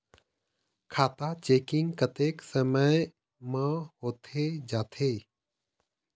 खाता चेकिंग कतेक समय म होथे जाथे?